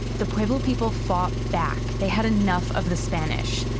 the pueblo people fought back. they had enough of the spanish,